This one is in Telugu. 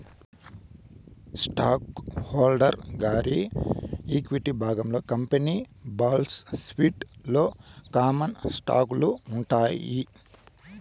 స్టాకు హోల్డరు గారి ఈక్విటి విభాగంలో కంపెనీ బాలన్సు షీట్ లోని కామన్ స్టాకులు ఉంటాయి